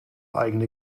eigene